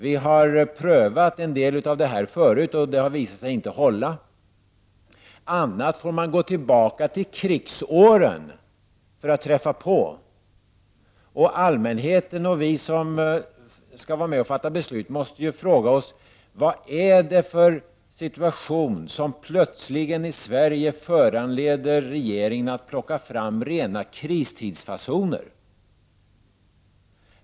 Vi har prövat en del av detta förut, och det har visat sig inte hålla. Man får gå tillbaka till krigsåren för att träffa på något liknande. Allmänheten och 36 vi som skall vara med och fatta beslut måste fråga: Vad är det för situation i Sverige som plötsligt föranleder regeringen att ta till rena kristidsfasoner?